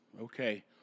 Okay